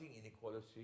inequality